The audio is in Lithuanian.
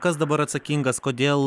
kas dabar atsakingas kodėl